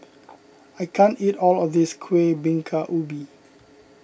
I can't eat all of this Kueh Bingka Ubi